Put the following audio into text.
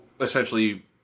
essentially